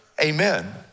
amen